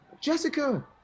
Jessica